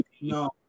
No